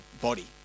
body